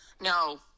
No